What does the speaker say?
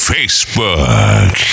Facebook